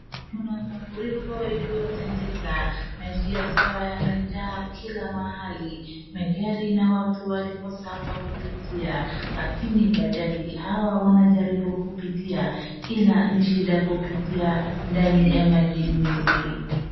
Kuna mafuriko iliyotendeka, maji yakawa yamejaa kila mahali, magari na watu walikosa mahali pa kupitia lakini wanabajaji hawa wanajaribu kupitia ila ni shida kupitia ndani ya maji mingi.